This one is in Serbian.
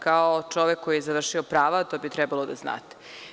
Kao čovek koji je završio prava to bi trebalo da znate.